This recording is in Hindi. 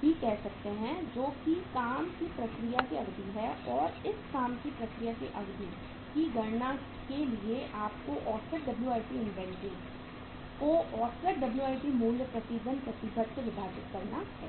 भी कह सकते हैं जो कि काम की प्रक्रिया की अवधि है और इस काम की प्रक्रिया की अवधि की गणना के लिए आपको औसत WIP इन्वेंटरी को औसत WIP मूल्य प्रति दिन प्रतिबद्ध से विभाजित करना है